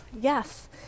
yes